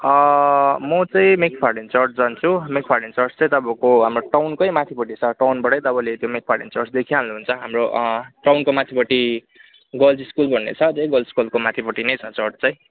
म चाहिँ McFarlane church जान्छु मेकफर्लीन चर्च चाहिँ तपाईँको हाम्रो टाउनकै माथिपट्टि छ टाउनबाट तपाईँले त्यो मेकफर्लीन चर्च देखिहाल्नु हुन्छ हाम्रो टाउनको माथिपट्टि गर्ल्स स्कुल भन्ने छ त्यही गर्ल्स स्कुलको माथिपट्टि नै छ चर्च चाहिँ